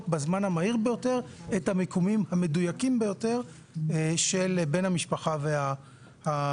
בזמן המהיר ביותר את המיקומים המדויקים ביותר של בן המשפחה והמפוקח.